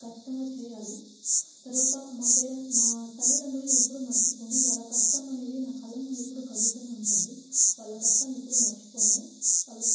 ఖచ్చితంగా చెయ్యాలి తర్వాత మా పేరే మా తల్లిదండ్రులును ఎప్పుడు మర్చిపోను వాళ్ళ కష్టం అనేది నా కళ్ళ ముందు ఎప్పుడు కదులుతూనే ఉంటుంది వాళ్ళ కష్టాన్ని ఎప్పుడూ మర్చిపోను వాళ్ళ